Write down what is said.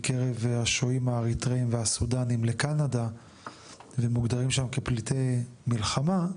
מקרב השוהים האריתראים והסודנים לקנדה ומוגדרים שם כפליטי מלחמה,